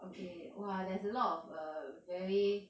okay !wah! there's a lot of a very